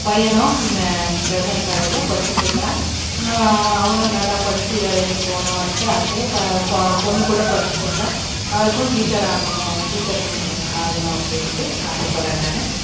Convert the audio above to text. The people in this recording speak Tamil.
பையனும் கிரசன்ட் காலேஜில் படிச்சிகிட்டு இருக்கிறான் அவனும் நல்லா படிச்சு வேலைக்கு போகணுன்ட்டு ஆசை இப்போ பொண்ணு கூட படிச்சிகிட்டு இருக்கிறா அவளுக்கும் டீச்சர் ஆகணும் டீச்சர்கும் ஆகணும் அப்படின்ட்டு ஆசைப்பட்றேன் நான்